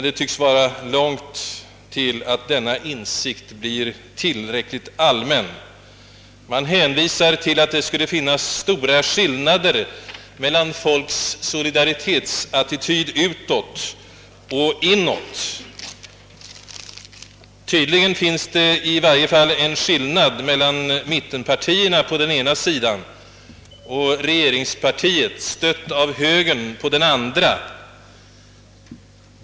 Det tycks dess värre vara långt kvar innan denna insikt blir tillräckligt allmän. Man hänvisar till att det skulle finnas stora skillnader mellan folks solidaritetsattityd utåt och inåt. Tydligen finns det i varje fall en skillnad mellan mittenpartierna å ena sidan och regeringspartiet, stött av högern, å den andra.